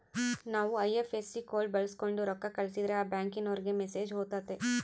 ನಾವು IFSC code ಬಳಕ್ಸೋಂಡು ರೊಕ್ಕ ಕಳಸಿದ್ರೆ ಆ ಬ್ಯಾಂಕಿನೋರಿಗೆ ಮೆಸೇಜ್ ಹೊತತೆ